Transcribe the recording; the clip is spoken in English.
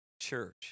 church